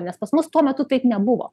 nes pas mus tuo metu taip nebuvo